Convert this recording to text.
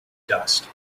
dust